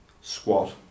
squat